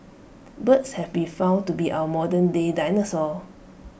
birds have been found to be our modernday dinosaurs